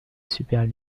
super